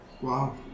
Wow